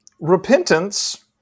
repentance